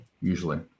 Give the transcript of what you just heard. usually